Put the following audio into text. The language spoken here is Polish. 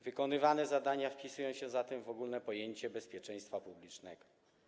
Wykonywane zadania wpisują się zatem w ogólne pojęcie bezpieczeństwa publicznego.